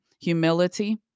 Humility